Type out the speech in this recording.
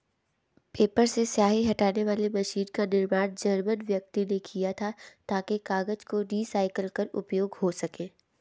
paper से स्याही हटाने वाली मशीन का निर्माण जर्मन व्यक्ति ने किया था ताकि कागज को रिसाईकल कर उपयोग हो सकें